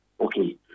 Okay